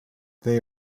they